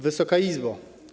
Wysoka Izbo!